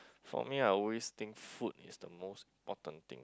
for me I will always think food is the most important thing